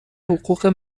حقوق